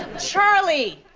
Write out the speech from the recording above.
charlie!